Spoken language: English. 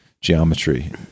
geometry